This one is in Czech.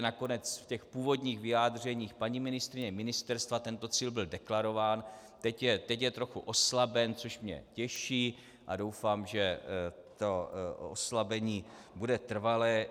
Nakonec v původních vyjádřeních paní ministryně ministerstva tento cíl byl deklarován, teď je trochu oslaben, což mě těší, a doufám, že to oslabení bude trvalé.